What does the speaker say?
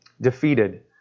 defeated